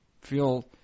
feel –